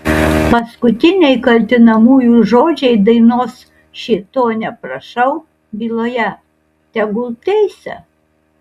paskutiniai kaltinamųjų žodžiai dainos šėtone prašau byloje tegul teisia